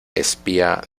espía